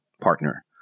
partner